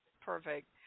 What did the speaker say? perfect